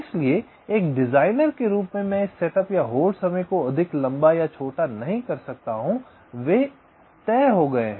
इसलिए एक डिज़ाइनर के रूप में मैं इस सेटअप या होल्ड समय को अधिक लंबा या छोटा नहीं कर सकता हूं वे तय हो गए हैं